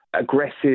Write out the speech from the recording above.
...aggressive